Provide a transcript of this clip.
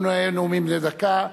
אנחנו ננהל נאומים בני דקה,